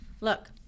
look